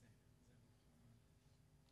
הפגנות, זמבורות,